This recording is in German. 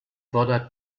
fordert